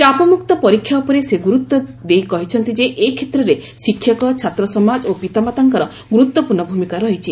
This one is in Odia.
ଚାପମୁକ୍ତ ପରୀକ୍ଷା ଉପରେ ସେ ଗୁରୁତ୍ୱ ଦେଇ କହିଛନ୍ତି ଯେ ଏ କ୍ଷେତ୍ରରେ ଶିକ୍ଷକ ଛାତ୍ରସମାଜ ଓ ପିତାମାତାଙ୍କର ଗୁରୁତ୍ୱପୂର୍ଣ୍ଣ ଭୂମିକା ରହିଛି